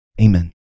Amen